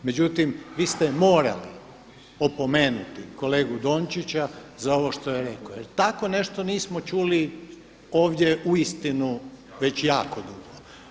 Međutim, vi ste morali opomenuti kolegu Dončića za ovo što je rekao, jer tako nešto nismo čuli ovdje uistinu već jako dugo.